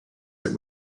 that